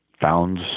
found